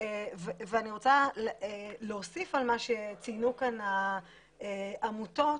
אני רוצה להוסיף על מה שציינו כאן העמותות,